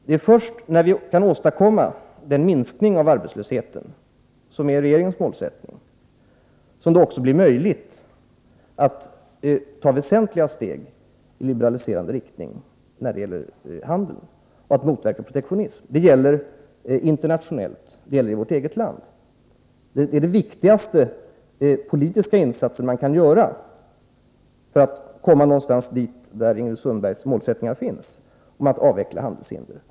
Det är först när vi kan åstadkomma den minskning av arbetslösheten som är regeringens målsättning som det också blir möjligt att ta väsentliga steg i liberaliserande riktning då det gäller handeln, alltså att motverka protektionism. Det gäller internationellt, och det gäller i vårt eget land. Det är den viktigaste politiska insats man kan göra för att uppnå Ingrid 93 Sundbergs målsättning, att avveckla handelshinder.